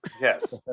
Yes